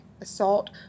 assault